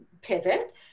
pivot